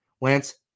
Lance